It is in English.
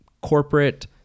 corporate